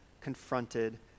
confronted